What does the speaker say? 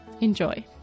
Enjoy